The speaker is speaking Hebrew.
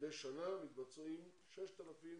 מדי שנה מתבצעים 6,000